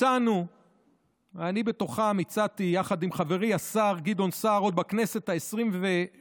הצעתי יחד עם חברי השר גדעון סער עוד בכנסת העשרים-ושלוש,